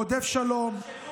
רודף שלום,